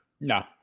No